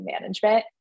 management